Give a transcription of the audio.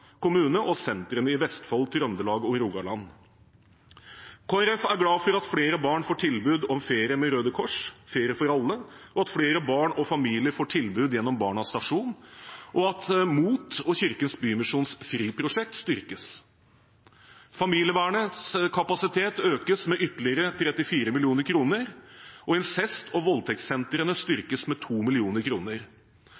kommune og sentrene i Vestfold, Trøndelag og Rogaland. Kristelig Folkeparti er glad for at flere barn får tilbud om ferie med Røde Kors’ Ferie for alle, at flere barn og familier får tilbud gjennom Barnas Stasjon, og at MOT og Kirkens Bymisjons FRI-prosjekt styrkes. Familievernets kapasitet økes med ytterligere 34 mill. kr. Incest- og voldtektssentrene